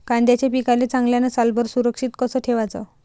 कांद्याच्या पिकाले चांगल्यानं सालभर सुरक्षित कस ठेवाचं?